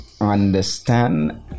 understand